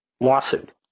lawsuit